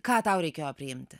ką tau reikėjo priimti